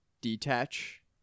Detach